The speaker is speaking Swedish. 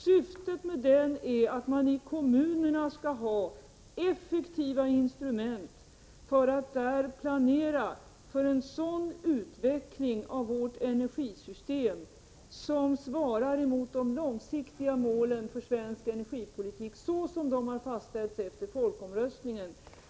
Syftet med den är att man i kommunerna skall ha effektiva instrument för att där planera för en sådan utveckling av vårt energisystem som svarar mot de långsiktiga målen för svensk energipolitik såsom de har fastställts efter folkomröstningen.